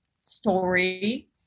story